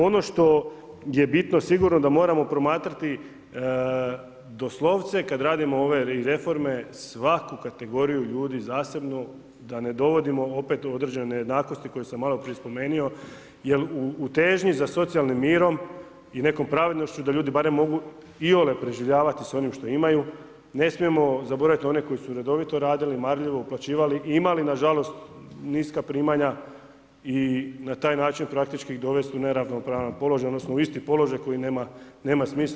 Ono što je bitno sigurno da moramo promatrati doslovce kad radimo ove i reforme svaku kategoriju ljudi zasebno, da ne dovodimo opet u određene nejednakosti koje sam maloprije spomenuo jer u težnji za socijalnim mirom i nekom pravednošću da ljudi barem mogu iole preživljavati sa ovim što imaju, ne smijemo zaboravit na one koji su redovito radili, marljivo uplaćivali i imali nažalost niska primanja i na taj način praktički ih dovest u neravnopravan položaj, odnosno u isti položaj koji nema smisla.